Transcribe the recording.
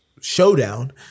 showdown